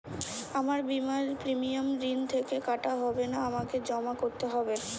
আমার বিমার প্রিমিয়াম ঋণ থেকে কাটা হবে না আমাকে জমা করতে হবে?